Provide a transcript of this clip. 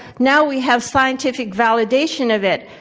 now, we have scientific validation of it.